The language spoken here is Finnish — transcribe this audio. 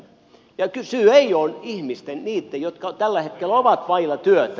syy ei ole niitten ihmisten jotka tällä hetkellä ovat vailla työtä